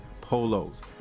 polos